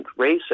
racist